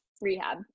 Rehab